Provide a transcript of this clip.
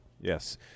yes